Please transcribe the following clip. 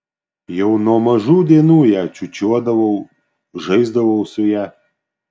jau nuo mažų dienų ją čiūčiuodavau žaisdavau su ja